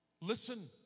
Listen